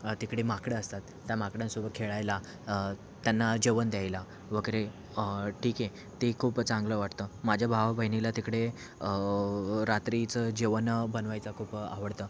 तिकडे माकडं असतात त्या माकडांसोबत खेळायला त्यांना जेवण द्यायला वगैरे ठीकं आहे ते खूप चांगलं वाटतं माझ्या भावा बहिणीला तिकडे रात्रीचं जेवण बनावायचं खूप आवडतं